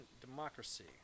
democracy